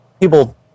people